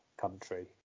country